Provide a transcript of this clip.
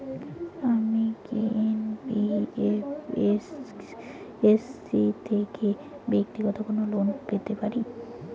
আমি কি এন.বি.এফ.এস.সি থেকে ব্যাক্তিগত কোনো লোন পেতে পারি?